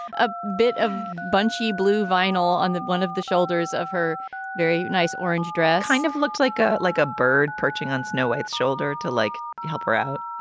a bit of bunchy blue vinyl on that. one of the shoulders of her very nice orange dress kind of looks like a like a bird perching on snow white's shoulder to, like, help her out